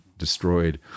destroyed